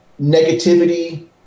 negativity